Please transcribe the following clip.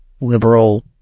liberal